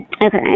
Okay